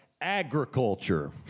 agriculture